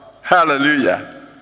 Hallelujah